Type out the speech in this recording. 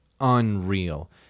unreal